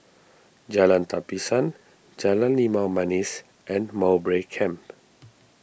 Jalan Tapisan Jalan Limau Manis and Mowbray Camp